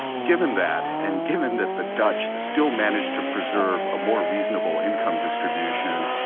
given that, and given that the dutch still managed to preserve a more reasonable income distribution,